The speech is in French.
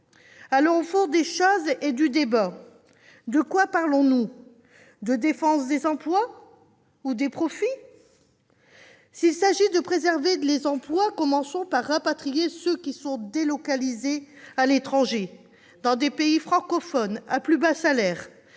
Allons au fond des choses et du débat. De quoi parlons-nous ? De défense des emplois ou des profits ? S'il s'agit de préserver les emplois, commençons par rapatrier ceux qui sont délocalisés à l'étranger, dans des pays francophones à plus bas salaires,